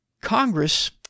Congress